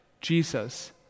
Jesus